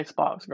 Xbox